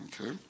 okay